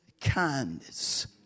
kindness